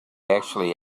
actually